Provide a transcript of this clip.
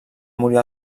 morir